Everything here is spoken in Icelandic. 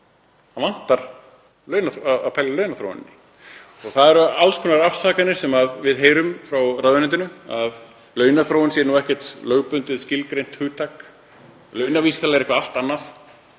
Það vantar að pæla í launaþróuninni. Það eru alls konar afsakanir sem við heyrum frá ráðuneytinu; að launaþróunin sé ekki lögbundið skilgreint hugtak, launavísitala sé eitthvað allt annað.